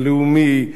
הלאומי,